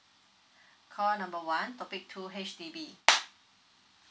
call number one topic two H_D_B